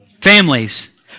Families